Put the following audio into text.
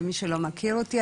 למי שלא מכיר אותי,